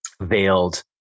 veiled